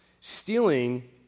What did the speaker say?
stealing